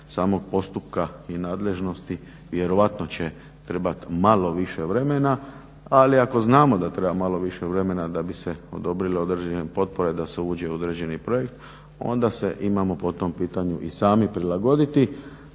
samog postupka i nadležnosti vjerojatno će trebat malo više vremena. Ali ako znamo da treba malo više vremena da bi se odobrilo određene potpore da se uđe u određeni projekt onda se imamo po tom pitanju i sami prilagoditi